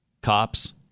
Cops